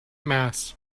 mass